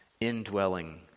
indwelling